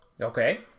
Okay